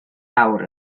awr